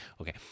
Okay